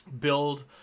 build